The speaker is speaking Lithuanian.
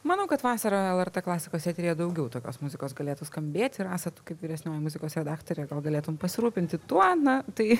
manau kad vasarą lrt klasikos eteryje daugiau tokios muzikos galėtų skambėti ir esat kaip vyresnioji muzikos redaktorė gal galėtum pasirūpinti tuo na tai